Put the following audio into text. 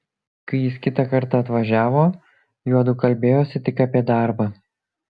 kai jis kitą kartą atvažiavo juodu kalbėjosi tik apie darbą